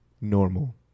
normal